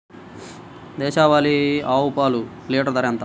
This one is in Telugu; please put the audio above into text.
దేశవాలీ ఆవు పాలు లీటరు ధర ఎంత?